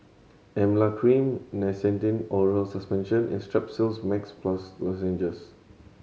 Emla Cream Nystatin Oral Suspension and Strepsils Max Plus Lozenges